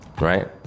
right